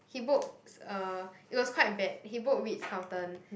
he books uh it was quite bad he book Ritz Carlton